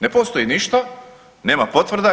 Ne postoji ništa, nema potvrda.